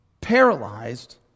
Paralyzed